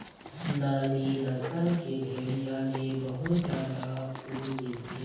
नाली नसल के भेड़िया ले बहुत जादा ऊन मिलथे